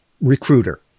recruiter